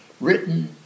written